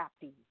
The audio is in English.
happy